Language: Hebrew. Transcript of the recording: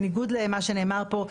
בניגוד למה שנאמר פה,